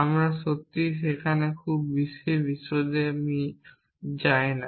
আমরা সত্যিই সেখানে খুব বেশি বিশদে যাই না